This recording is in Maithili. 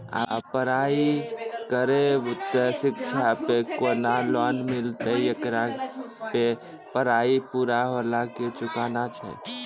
आप पराई करेव ते शिक्षा पे केना लोन मिलते येकर मे पराई पुरा होला के चुकाना छै?